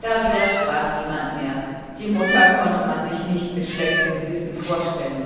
da widersprach niemand mehr die mutter konnte man sich nicht mit schlechtem gewissen vorstellen